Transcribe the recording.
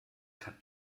kann